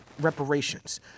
reparations